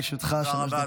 בבקשה, לרשותך שלוש דקות.